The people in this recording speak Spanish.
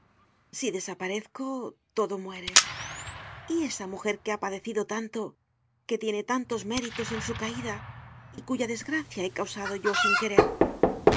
si desaparezco todo muere y esa mujer que ha padecido tanto que tiene tantos méritos en su caida y cuya desgracia he causado yo sin querer